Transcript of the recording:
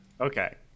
Okay